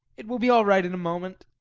it will be all right in a moment.